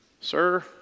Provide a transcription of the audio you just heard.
Sir